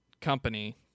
company